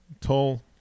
toll